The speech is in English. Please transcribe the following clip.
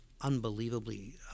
unbelievably